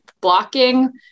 blocking